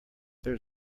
there